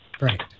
Right